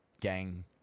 gang